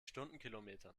stundenkilometern